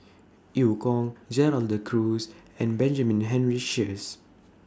EU Kong Gerald De Cruz and Benjamin Henry Sheares